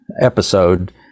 episode